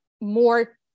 more